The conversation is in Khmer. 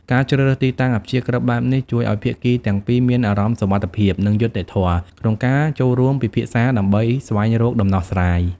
ការជ្រើសរើសទីតាំងអព្យាក្រឹតបែបនេះ ជួយឲ្យភាគីទាំងពីរមានអារម្មណ៍សុវត្ថិភាព និងយុត្តិធម៌ ក្នុងការចូលរួមពិភាក្សាដើម្បីស្វែងរកដំណោះស្រាយ។